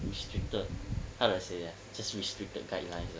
restricted how do I say that just restricted guidelines ah